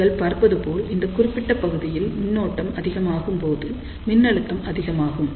நீங்கள் பார்ப்பதுபோல் இந்தக் குறிப்பிட்ட பகுதியில் மின்னோட்டம் அதிகமாகும்போது மின்னழுத்தம் அதிகமாகும்